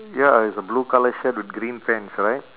ya it's a blue colour shirt with green pants right